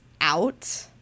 out